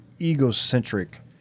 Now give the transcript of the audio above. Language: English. egocentric